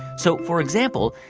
so for example,